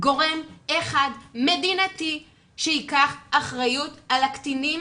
גורם אחד מדינתי שייקח אחריות על הקטינים